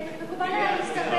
מקובל עלי להסתפק בהודעת השר.